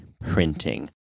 printing